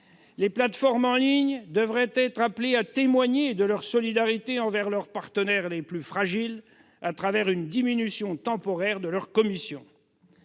Les plateformes en ligne devraient être appelées à témoigner de leur solidarité envers leurs partenaires les plus fragiles, à travers une diminution temporaire des commissions.